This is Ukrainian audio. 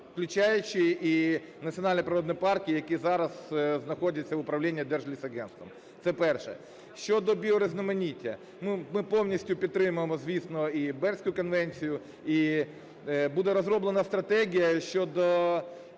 включаючи і національні природні парки, які зараз знаходяться в управлінні Держлісагентства. Це перше. Щодо біорізноманіття. Ми повністю підтримуємо, звісно, і Бернську конвекцію, і буде розроблена стратегія щодо